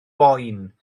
boen